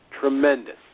Tremendous